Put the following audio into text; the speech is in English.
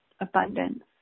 abundance